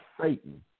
Satan